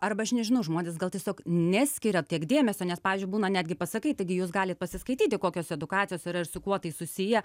arba aš nežinau žmonės gal tiesiog neskiria tiek dėmesio nes pavyzdžiui būna netgi pasakai taigi jūs galit pasiskaityti kokios edukacijos yra ir su kuo tai susiję